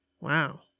wow